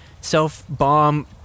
self-bomb